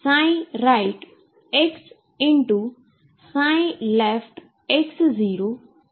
જે આની સાથે મેચ કરશે